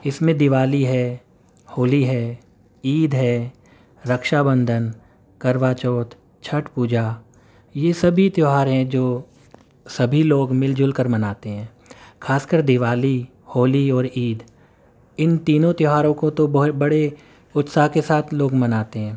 اس میں دیوالی ہے ہولی ہے عید ہے رکشا بندھن کروا چوتھ چھٹ پوجا یہ سبھی تیوہار ہیں جو سبھی لوگ مل جل کر مناتے ہیں خاص کر دیوالی ہولی اور عید ان تینوں تیوہاروں کو تو بہت بڑے اتساہ کے ساتھ لوگ مناتے ہیں